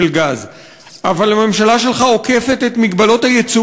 אבל הממשלה שלך עוקפת את מגבלות הייצוא